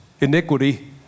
iniquity